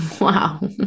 Wow